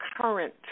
current